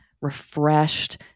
refreshed